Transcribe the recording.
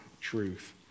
truth